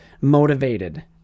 motivated